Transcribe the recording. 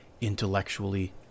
intellectually